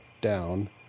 Down